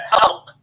help